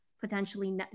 potentially